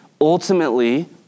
ultimately